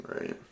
Right